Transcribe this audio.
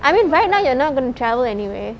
I mean right now you're not going to travel anyway